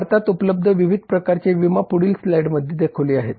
भारतात उपलब्ध विविध प्रकारचे विमा पुढील स्लाइडमध्ये दाखवले आहेत